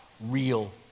real